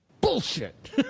bullshit